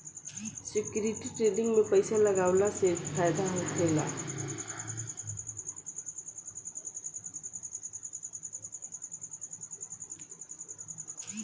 security trading में पइसा लगावला से फायदा होखेला